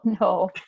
no